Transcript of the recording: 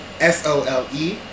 S-O-L-E